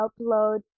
upload